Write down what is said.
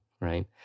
right